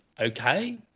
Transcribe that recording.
okay